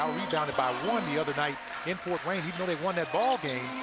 outrebounded by one the other night in fort wayne. even though they won that ball game.